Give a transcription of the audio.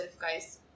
guys